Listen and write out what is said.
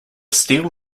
steel